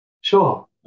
Sure